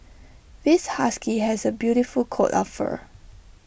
this husky has A beautiful coat of fur